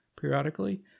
periodically